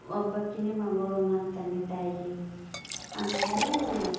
ಒಬ್ಬಾಕಿನೇ ಮಗಳು ನಮ್ಮ ತಂದೆ ತಾಯಿಗೆ ಅಂಥೇಳಿ